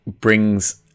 brings